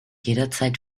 jederzeit